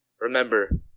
remember